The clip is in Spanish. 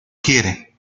quiere